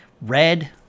red